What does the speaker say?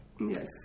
Yes